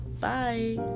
Bye